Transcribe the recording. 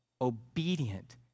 Obedient